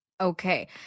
Okay